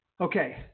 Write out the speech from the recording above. Okay